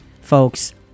Folks